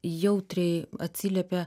jautriai atsiliepia